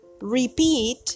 repeat